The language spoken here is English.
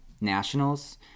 nationals